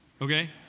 okay